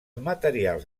materials